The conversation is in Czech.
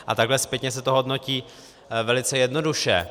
A takhle zpětně se to hodnotí velice jednoduše.